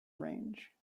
range